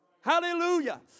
Hallelujah